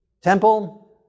temple